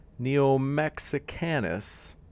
neomexicanus